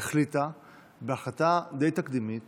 החליטה בהחלטה די תקדימית